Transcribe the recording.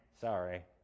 Sorry